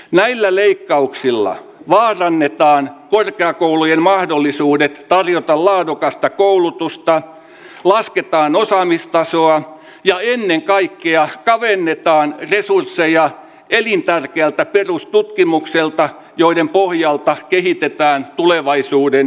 näillä leikkauksilla vaan annetaan voi ja koulujen mahdollisuudet tarjota laadukasta koulutusta lasketaan osaamistasoa ja ihminen kaikki ah kavennetaan resursseja elintärkeätä perustutkimukselta joiden pohjalta kehitetään tulevaisuuden